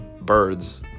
birds